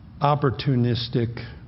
opportunistic